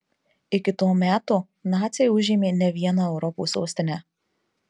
iki to meto naciai užėmė ne vieną europos sostinę